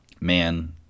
Man